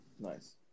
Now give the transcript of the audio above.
Nice